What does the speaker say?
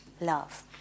love